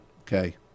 okay